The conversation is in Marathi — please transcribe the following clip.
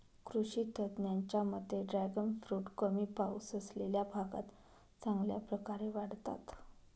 कृषी तज्ज्ञांच्या मते ड्रॅगन फ्रूट कमी पाऊस असलेल्या भागात चांगल्या प्रकारे वाढतात